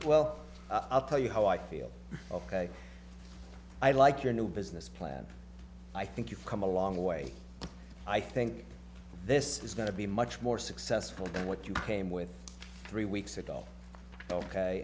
well i'll tell you how i feel ok i like your new business plan i think you've come a long way i think this is going to be much more successful than what you came with three weeks ago ok